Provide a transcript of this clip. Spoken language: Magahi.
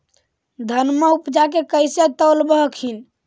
धनमा उपजाके कैसे तौलब हखिन?